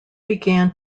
began